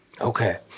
Okay